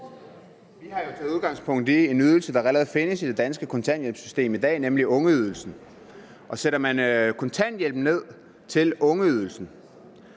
Vi har jo taget udgangspunkt i en ydelse, der allerede findes i det danske kontanthjælpssystem i dag, nemlig ungeydelsen. Sætter man kontanthjælpen ned til ungeydelsesniveau